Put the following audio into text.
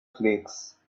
flakes